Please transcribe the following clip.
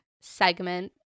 segment